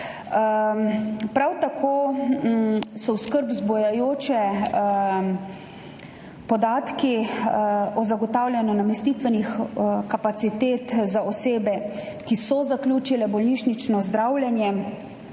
Prav tako so skrb vzbujajoči podatki o zagotavljanju namestitvenih kapacitet za osebe, ki so zaključile bolnišnično zdravljenje